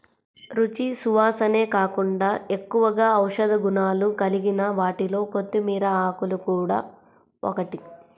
రుచి, సువాసనే కాకుండా ఎక్కువగా ఔషధ గుణాలు కలిగిన వాటిలో కొత్తిమీర ఆకులు గూడా ఒకటి